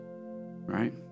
right